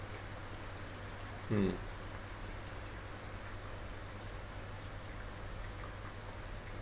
mm